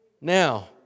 Now